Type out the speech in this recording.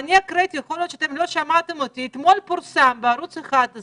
אני הקראתי יכול להיות שלא שמעתם אותי שאתמול פורסם בערוץ 11,